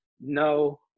no